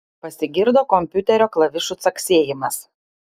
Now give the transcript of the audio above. pasigirdo kompiuterio klavišų caksėjimas